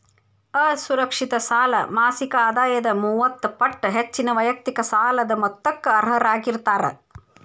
ಅಸುರಕ್ಷಿತ ಸಾಲ ಮಾಸಿಕ ಆದಾಯದ ಮೂವತ್ತ ಪಟ್ಟ ಹೆಚ್ಚಿನ ವೈಯಕ್ತಿಕ ಸಾಲದ ಮೊತ್ತಕ್ಕ ಅರ್ಹರಾಗಿರ್ತಾರ